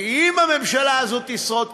כי אם הממשלה הזו תשרוד,